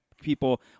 people